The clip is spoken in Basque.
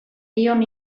dion